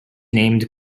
named